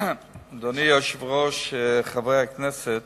אדוני היושב-ראש, חברי הכנסת,